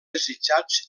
desitjats